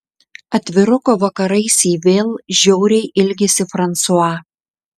atviruko vakarais ji vėl žiauriai ilgisi fransua